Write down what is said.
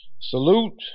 Salute